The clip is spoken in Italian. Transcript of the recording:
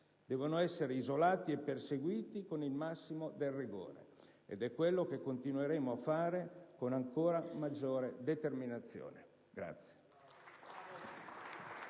Devono essere isolati e perseguiti con il massimo del rigore, ed è quello che continueremo a fare con ancora maggiore determinazione.